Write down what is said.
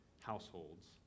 households